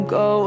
go